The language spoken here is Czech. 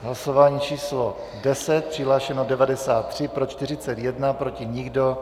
V hlasování číslo 10 přihlášeno 93, pro 41, proti nikdo.